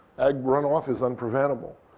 ag runoff is unpreventable.